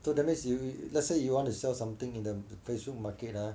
so that means you let's say you want to sell something in the Facebook market ah